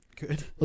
Good